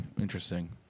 Interesting